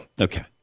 Okay